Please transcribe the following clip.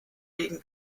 wegen